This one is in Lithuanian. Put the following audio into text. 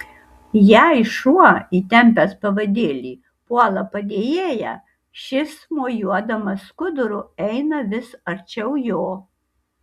jei šuo įtempęs pavadėlį puola padėjėją šis mojuodamas skuduru eina vis arčiau jo